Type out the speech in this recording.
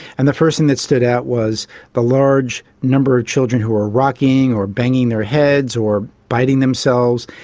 and the first thing that stood out was the large number of children who are rocking or banging their heads or biting themselves.